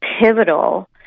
pivotal